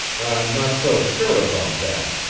i'm not so sure about that,